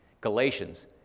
Galatians